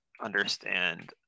understand